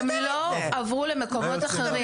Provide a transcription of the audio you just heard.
הם לא עברו למקומות אחרים.